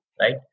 right